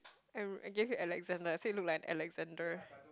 I I give you Alexandra I said look like Alexandra